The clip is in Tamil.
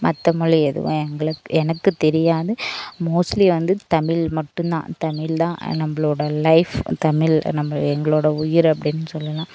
மற்ற மொழி எதுவும் எங்களுக் எனக்கு தெரியாது மோஸ்ட்லி வந்து தமிழ் மட்டும் தான் தமிழ் தான் நம்மளோட லைஃப் தமிழ் நம்ம எங்களோட உயிர் அப்படின்னு சொல்லலாம்